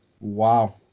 Wow